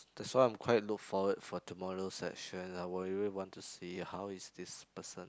that's why I'm quite look forward for tomorrow session I want really to see how is this person